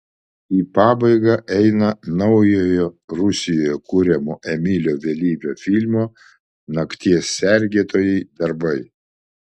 į pabaigą eina naujojo rusijoje kuriamo emilio vėlyvio filmo nakties sergėtojai darbai